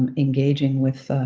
and engaging with